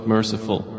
Merciful